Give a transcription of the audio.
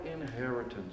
inheritance